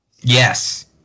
Yes